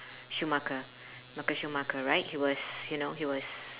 schumacher michael schumacher right he was you know he was